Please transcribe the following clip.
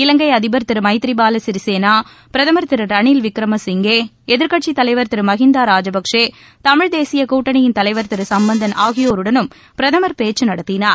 இலங்கை அதிபர் திரு மைத்ரிபால சிறிசேனா பிரதமர் திரு ரணில் விக்ரமசிங்கே எதிர்க்கட்சித் தலைவர் திரு மகிந்த ராஜபக்சே தமிழ் தேசிய கூட்டணியின் தலைவர் திரு சம்மந்தன் ஆகியோருடனும் பிரதமர் பேச்சு நடத்தினார்